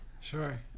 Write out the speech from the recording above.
Sure